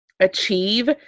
achieve